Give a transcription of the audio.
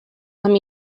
amb